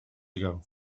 ago